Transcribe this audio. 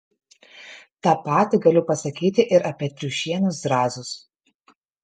tą patį galiu pasakyti ir apie triušienos zrazus